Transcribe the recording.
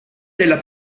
della